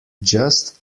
just